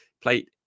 played